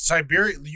Siberia